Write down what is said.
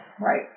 Right